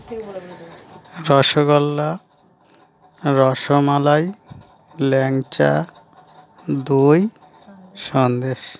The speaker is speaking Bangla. রসগোল্লা রসমালাই ল্যাংচা দই সন্দেশ